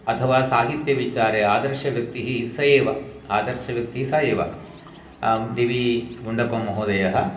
अथवा साहित्यविचारे आदर्शव्यक्तिः स एव आदर्शव्यक्तिः स एव डि वी गुण्डप्पमहोदयः